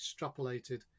extrapolated